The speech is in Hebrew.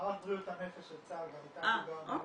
מערך בריאות הנפש בצה"ל --- אוקיי.